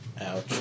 Ouch